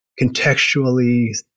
contextually